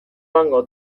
dango